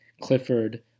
Clifford